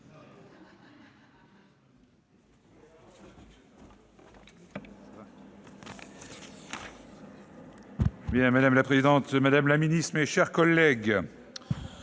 Madame la présidente, monsieur le ministre, mes chers collègues,